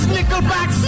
Nickelback